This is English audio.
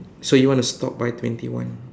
so you want to stop by twenty one